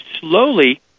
slowly